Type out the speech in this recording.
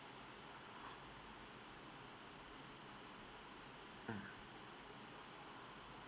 mm